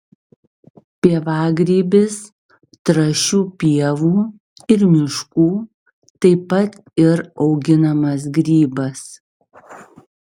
pievagrybis trąšių pievų ir miškų taip pat ir auginamas grybas